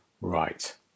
Right